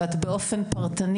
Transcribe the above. באופן פרטני.